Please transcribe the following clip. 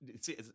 See